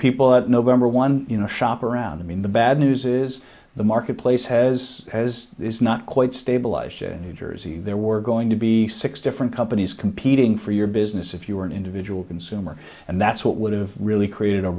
people at november one shop around i mean the bad news is the marketplace has has not quite stabilized new jersey there were going to be six different companies competing for your business if you were an individual consumer and that's what would have really created a